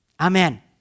Amen